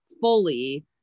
fully